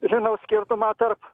žinau skirtumą tarp